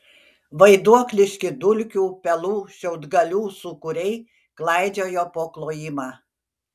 vaiduokliški dulkių pelų šiaudgalių sūkuriai klaidžiojo po klojimą